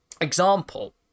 example